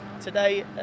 Today